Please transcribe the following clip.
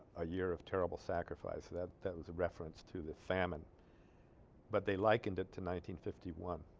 a year of terrible sacrifice that that was a reference to the famine but they likened it to nineteen fifty one